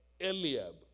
Eliab